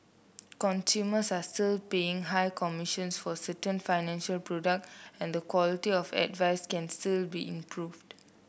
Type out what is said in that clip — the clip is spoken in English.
consumers are still paying high commissions for certain financial product and the quality of advice can still be improved